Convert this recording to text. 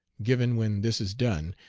given when this is done,